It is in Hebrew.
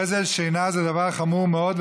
גזל שינה זה דבר חמור מאוד,